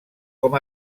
com